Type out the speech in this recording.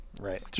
Right